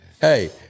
Hey